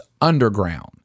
underground